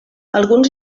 alguns